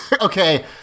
okay